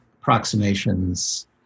approximations